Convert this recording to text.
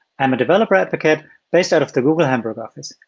i'm a developer advocate based out of the google hamburg office.